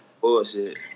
Bullshit